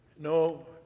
No